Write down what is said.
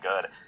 good